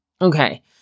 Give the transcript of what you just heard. Okay